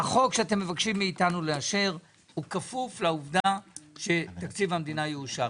החוק שאתם מבקשים מאיתנו לאשר הוא כפוף לעובדה שתקציב המדינה יאושר.